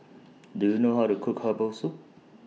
Do YOU know How to Cook Herbal Soup